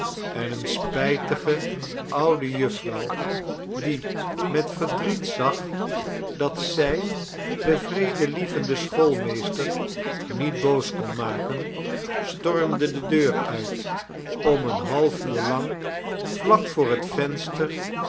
en eene spijtige oude jufvrouw die met verdriet zag dat zij den vredelievenden schoolmeester niet boos kon maken stormde de deur uit om een half uur lang vlak voor het venster